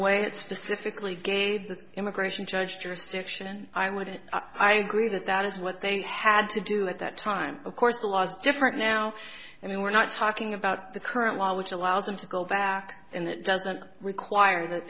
way it specifically gave the immigration judge jurisdiction i would i agree that that is what they had to do at that time of course the laws different now i mean we're not talking about the current law which allows them to go back and that doesn't require that